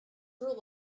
rule